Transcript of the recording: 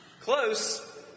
Close